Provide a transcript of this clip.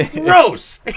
gross